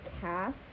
cast